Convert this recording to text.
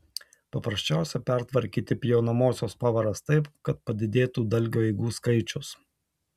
paprasčiausia pertvarkyti pjaunamosios pavaras taip kad padidėtų dalgio eigų skaičius